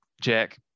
Jack